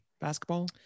basketball